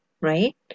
Right